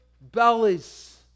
bellies